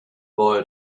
boy